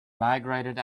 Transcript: migrated